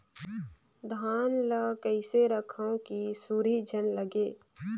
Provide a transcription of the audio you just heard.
धान ल कइसे रखव कि सुरही झन लगे?